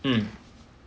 mm